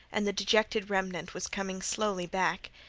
and the dejected remnant was coming slowly back.